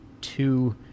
two